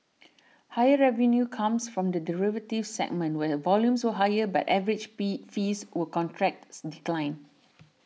higher revenue comes from the derivatives segment where volumes were higher but average pee fees were contracts declined